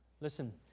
Listen